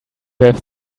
have